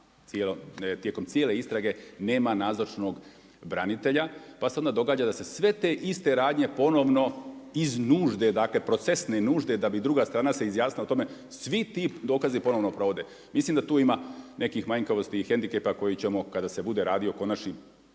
tijekom cijele istrage nema nazočnog branitelja. Pa se onda događa da se sve te iste radnje ponovno iz procesne nužde da bi druga se strana izjasnila o tome svi ti dokazi ponovno provode. Mislim da tu ima nekih manjkavosti i hendikepa koji ćemo kada se bude radio konačni